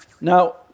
Now